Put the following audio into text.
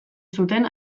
zuten